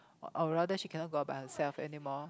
or rather she cannot go out by herself anymore